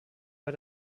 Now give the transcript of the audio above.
bei